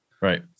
Right